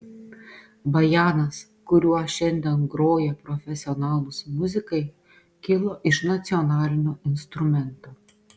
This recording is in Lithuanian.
bajanas kuriuo šiandien groja profesionalūs muzikai kilo iš nacionalinio instrumento